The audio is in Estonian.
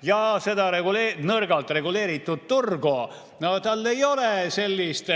Ja sellel nõrgalt reguleeritud turul ei ole sellist